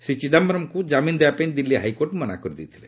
ଶ୍ରୀ ଚିଦାୟରମ୍ଙ୍କୁ ଜାମିନ୍ ଦେବା ପାଇଁ ଦିଲ୍ଲୀ ହାଇକୋର୍ଟ ମନା କରିଦେଇଥିଲେ